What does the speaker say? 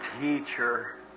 Teacher